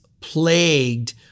plagued